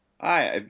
Hi